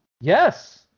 yes